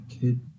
kid